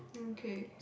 mm K